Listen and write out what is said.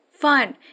fun